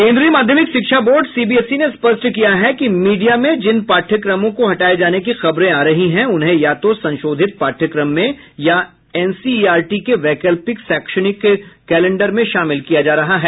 केंद्रीय माध्यमिक शिक्षा बोर्ड सीबीएसई ने स्पष्ट किया है कि मीडिया में जिन पाठ्यक्रमों को हटाए जाने की खबरें आ रही हैं उन्हें या तो संशोधित पाठ्यक्रम में या एनसीईआरटी के वैकल्पिक शैक्षिक कैलेंडर में शामिल किया जा रहा है